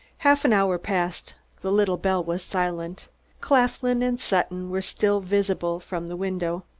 half an hour passed the little bell was silent claflin and sutton were still visible from the window.